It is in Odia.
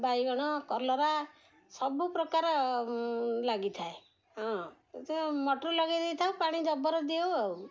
ବାଇଗଣ କଲରା ସବୁ ପ୍ରକାର ଲାଗିଥାଏ ହଁ ସେ ମୋଟର୍ ଲଗେଇ ଦେଇଥାଉ ପାଣି ଜବର ଦେଉ ଆଉ